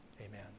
Amen